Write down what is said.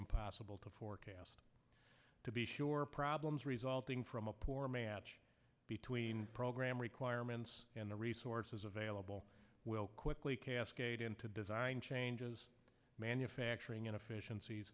impossible to forecast to be sure problems resulting from a poor match between program requirements and the resources available will quickly cascade into design changes manufacturing inefficienc